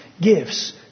gifts